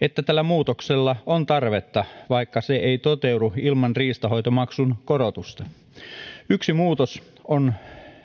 että tälle muutokselle on tarvetta vaikka se ei toteudu ilman riistanhoitomaksun korotusta yksi muutos on